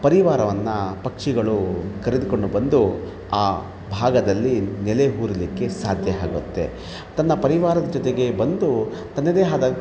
ಪರಿವಾರವನ್ನು ಪಕ್ಷಿಗಳು ಕರೆದುಕೊಂಡು ಬಂದು ಆ ಭಾಗದಲ್ಲಿ ನೆಲೆಯೂರಲಿಕ್ಕೆ ಸಾಧ್ಯ ಆಗತ್ತೆ ತನ್ನ ಪರಿವಾರದ ಜೊತೆಗೆ ಬಂದು ತನ್ನದೇ ಆದ